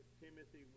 Timothy